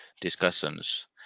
discussions